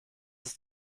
ist